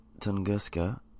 Tunguska